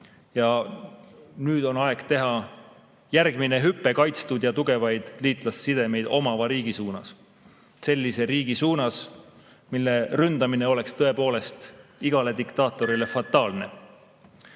Ja nüüd on aeg teha järgmine hüpe kaitstud ja tugevaid liitlassidemeid omava riigi suunas, sellise riigi suunas, mille ründamine oleks tõepoolest igale diktaatorile fataalne.